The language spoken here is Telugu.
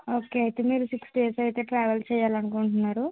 ఓకే అయితే మీరు సిక్స్ డేస్ అయితే ట్రావెల్ చెయ్యాలనుకుంటున్నారు